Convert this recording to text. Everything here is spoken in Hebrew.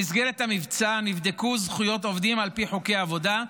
במסגרת המבצע נבדקו זכויות עובדים על פי חוקי עבודה,